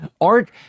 art